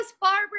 Barbara